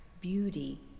beauty